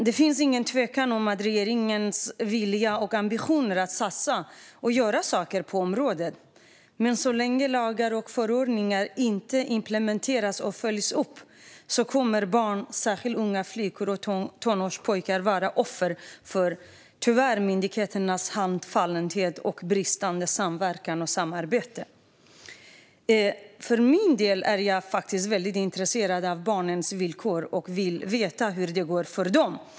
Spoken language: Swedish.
Det finns ingen tvekan om regeringens vilja och ambitioner att satsa och göra saker på området, men så länge lagar och förordningar inte implementeras och följs upp kommer barn, särskilt unga flickor och tonårspojkar, tyvärr att vara offer för myndigheternas handfallenhet och bristande samverkan och samarbete. Jag för min del är intresserad av barnens villkor och vill veta hur det går för dem.